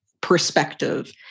perspective